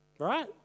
Right